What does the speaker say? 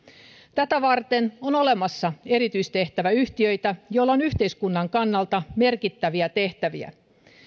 tätä varten on olemassa erityistehtäväyhtiöitä joilla on yhteiskunnan kannalta merkittäviä tehtäviä